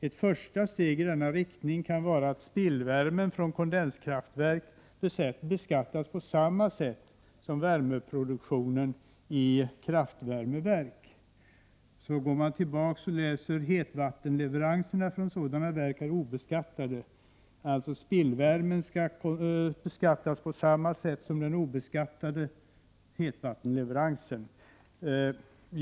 Ett första steg i denna riktning kan vara att spillvärmen från kondenskraftverk beskattas på samma sätt som värmeproduktionen i kraftvärmeverk.” Man kan då gå tillbaka till det första citatet och läsa ”hetvattenleveranser från ett sådant verk är obeskattade”, dvs. spillvärmen från kondenskraftverk skall beskattas på samma sätt som den nu obeskattade hetvattenleveransen.